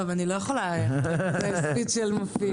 דברים מרגשים.